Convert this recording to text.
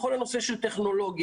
בכל הנושא של טכנולוגיה,